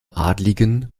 adligen